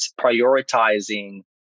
prioritizing